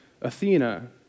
Athena